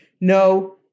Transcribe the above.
no